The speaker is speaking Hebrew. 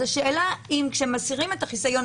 אז השאלה אם כשמסירים את החיסיון,